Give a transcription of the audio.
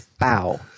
Wow